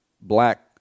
black